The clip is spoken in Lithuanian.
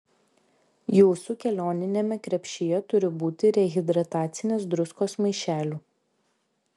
jūsų kelioniniame krepšyje turi būti rehidratacinės druskos maišelių